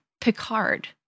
Picard